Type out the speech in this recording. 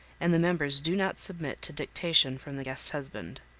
and the members do not submit to dictation from the guest husband.